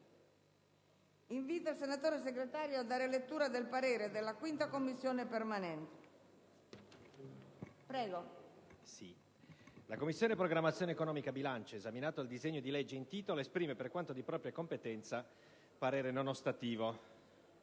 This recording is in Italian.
«La Commissione programmazione economica, bilancio, esaminato il disegno di legge in titolo, esprime, per quanto di propria competenza, parere non ostativo».